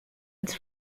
als